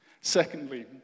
Secondly